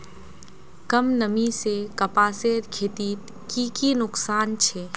कम नमी से कपासेर खेतीत की की नुकसान छे?